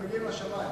אתם מגיעים לשמים.